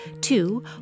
Two